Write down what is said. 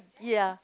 ya